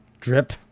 drip